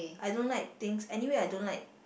I don't like things anyway I don't like